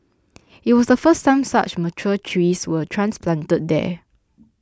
it was the first time such mature trees were transplanted there